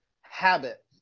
habit